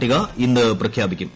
പട്ടിക ഇന്ന് പ്രഖ്യാപീക്കും